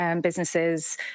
businesses